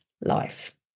life